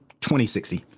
2060